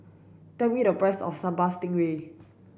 tell me the price of Sambal Stingray